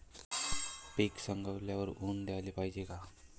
पीक सवंगल्यावर ऊन द्याले पायजे का?